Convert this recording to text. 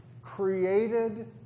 created